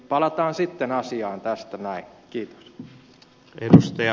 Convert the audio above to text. palataan sitten asiaan tästä näin